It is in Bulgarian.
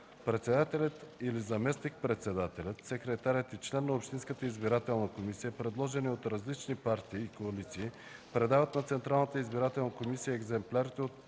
Председателят или заместник-председателят, секретарят и член на общинската избирателна комисия, предложени от различни партии и коалиции, предават на Централната избирателна комисия екземплярите на